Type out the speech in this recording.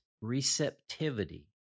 receptivity